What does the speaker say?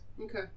Okay